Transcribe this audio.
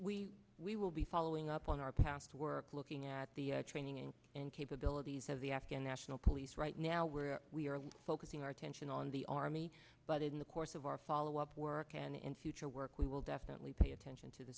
we we will be following up on our path to work looking at the training and capabilities of the afghan national police right now where we are focusing our attention on the army but in the course of our follow up work and in future work we will definitely pay attention to the